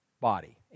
body